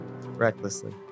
recklessly